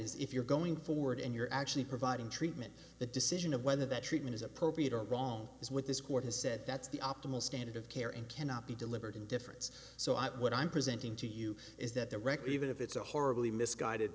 is if you're going forward and you're actually providing treatment the decision of whether that treatment is appropriate or wrong is what this court has said that's the optimal standard of care and cannot be delivered in difference so i what i'm presenting to you is that the record even if it's a horribly misguided